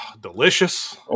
Delicious